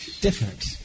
Different